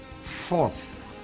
fourth